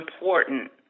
important